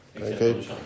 Okay